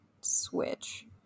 switch